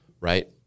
Right